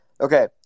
Okay